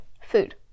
Food